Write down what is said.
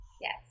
Yes